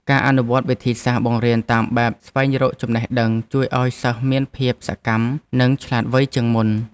ការអនុវត្តវិធីសាស្ត្របង្រៀនតាមបែបស្វែងរកចំណេះដឹងជួយឱ្យសិស្សមានភាពសកម្មនិងឆ្លាតវៃជាងមុន។